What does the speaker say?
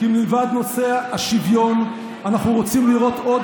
כי מלבד נושא השוויון אנחנו רוצים לראות עוד